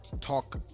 talk